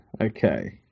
Okay